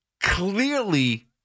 clearly